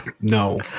no